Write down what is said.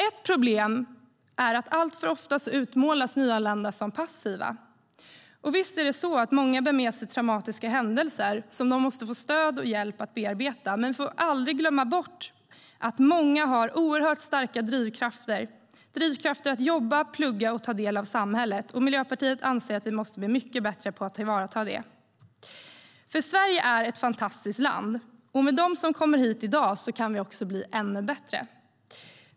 Ett problem är att nyanlända alltför ofta utmålas som passiva. Visst bär många med sig traumatiska händelser som de måste få stöd och hjälp att bearbeta. Man får aldrig glömma bort att många har oerhört starka drivkrafter att jobba, plugga och ta del av samhället. Miljöpartiet anser att vi måste bli mycket bättre på att tillvarata det. Sverige är ett fantastiskt land. Med dem som kommer hit i dag kan vi bli ännu bättre.